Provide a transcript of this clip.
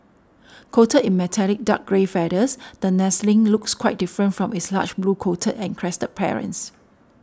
coated in metallic dark grey feathers the nestling looks quite different from its large blue coated and crested parents